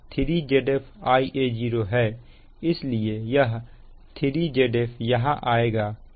इसलिए यह 3 Zf यहां आएगा